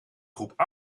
groep